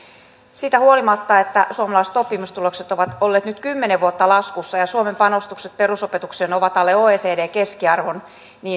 siitä huolimatta että suomalaiset oppimistulokset ovat olleet nyt kymmenen vuotta laskussa ja suomen panostukset perusopetukseen ovat alle oecdn keskiarvon